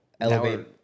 elevate